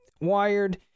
Wired